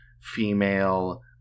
female